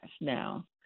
now